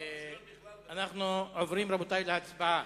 רבותי, אנחנו עוברים להצבעה.